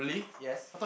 yes